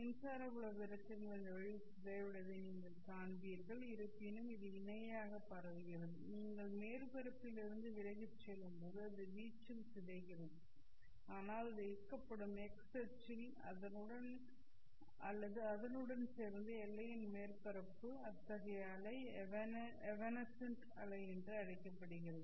மின்சார புல பெருக்கங்கள் இந்த வழியில் சிதைவடைவதை நீங்கள் காண்பீர்கள் இருப்பினும் இது இணையாக பரவுகிறது நீங்கள் மேற்பரப்பில் இருந்து விலகிச் செல்லும்போது அது வீச்சில் சிதைகிறது ஆனால் அது இயக்கப்படும் x அச்சில் அல்லது அதனுடன் சேர்ந்து எல்லையின் மேற்பரப்பு அத்தகைய அலை எவனெசென்ட் அலை என்று அழைக்கப்படுகிறது